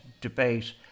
debate